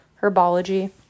herbology